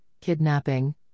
kidnapping